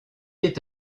est